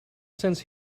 since